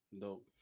dope